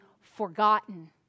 forgotten